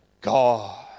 God